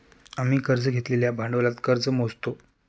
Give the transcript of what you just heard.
आम्ही कर्ज घेतलेल्या भांडवलात कर्ज मोजतो